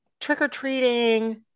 trick-or-treating